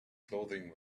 clothing